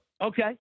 Okay